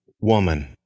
woman